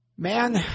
Man